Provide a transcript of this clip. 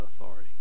authority